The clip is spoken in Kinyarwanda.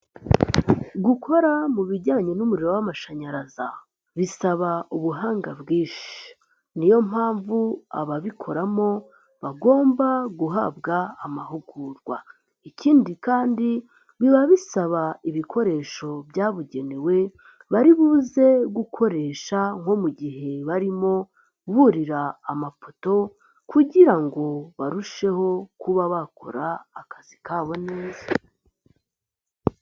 Gukora mu bijyanye n'umuriro w'amashanyaraza bisaba ubuhanga bwinshi, niyo mpamvu ababikoramo bagomba guhabwa amahugurwa, ikindi kandi biba bisaba ibikoresho byabugenewe bari buze gukoresha nko mu gihe barimo burira amapoto kugira ngo barusheho kuba bakora akazi kabo neza.